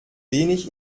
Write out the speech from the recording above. wenig